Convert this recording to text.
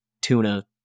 tuna